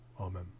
Amen